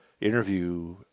interview